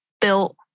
built